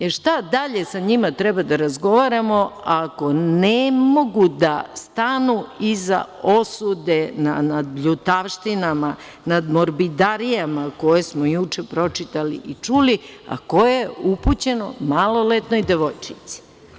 Jer, šta dalje sa njima treba da razgovaramo ako ne mogu da stanu iza osude nad bljutavštinama, nad morbidarijama koje smo juče pročitali i čuli, a koje su upućene maloletnoj devojčici?